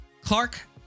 Clark